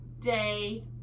day